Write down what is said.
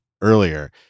earlier